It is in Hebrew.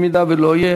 אם לא יהיה,